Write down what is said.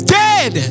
dead